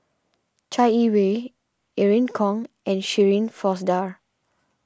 Chai Yee Wei Irene Khong and Shirin Fozdar